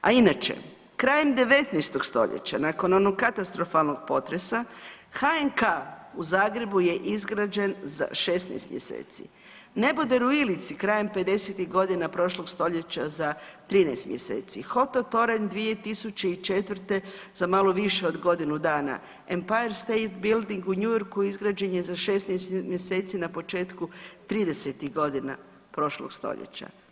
A inače krajem 19. stoljeća nakon onog katastrofalnog potresa HNK u Zagrebu je izgrađen za 16 mjeseci, neboder u Ilici krajem '50.-tih godina prošlog stoljeća za 13 mjeseci, Hoto toranj 2004. za malo više od godinu dana, Empire State Building u New Yorku izgrađen je za 16 mjeseci na početku '30.-tih godina prošlog stoljeća.